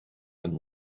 and